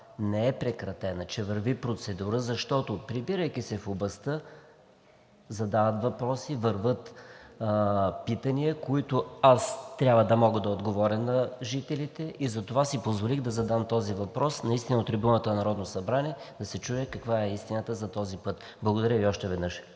не е прекратена, че върви процедура, защото, прибирайки се в областта, задават въпроси, вървят питания, на които аз трябва да мога да отговоря на жителите и затова си позволих да задам този въпрос и наистина от трибуната на Народното събрание да се чуе каква е истината за този път. Благодаря Ви още веднъж.